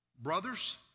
brothers